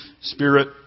Spirit